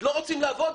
לא רוצים לעבוד?